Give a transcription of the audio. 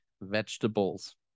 vegetables